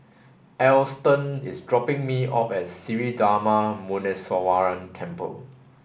Alston is dropping me off at Sri Darma Muneeswaran Temple